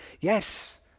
yes